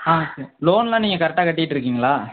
ஆ லோனெலாம் நீங்கள் கரெக்டாக கட்டிகிட்ருக்கீங்களா